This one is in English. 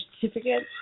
certificate